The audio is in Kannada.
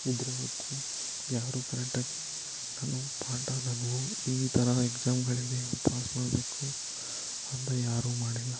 ಇದ್ದರೇ ಹೊರ್ತು ಯಾರೂ ಕರೆಕ್ಟಾಗಿ ನಾನು ಪಾಠ ನಾನು ಈ ಥರ ಎಕ್ಸಾಮ್ಗಳಿದೆ ಪಾಸ್ ಮಾಡಬೇಕು ಅಂತ ಯಾರೂ ಮಾಡಿಲ್ಲ